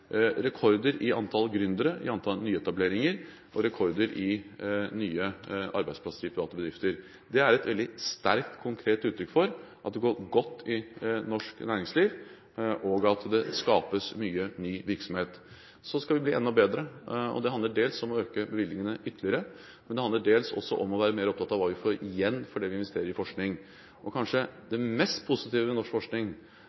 rekorder i antall gründere, i antall nyetableringer og rekorder i nye arbeidsplasser i private bedrifter. Det er et veldig sterkt, konkret uttrykk for at det går godt i norsk næringsliv, og at det skapes mye ny virksomhet. Så skal vi bli enda bedre. Det handler dels om å øke bevilgningene ytterligere, men det handler dels også om å være mer opptatt av hva vi får igjen for det vi investerer i forskning. Kanskje